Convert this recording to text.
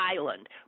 Island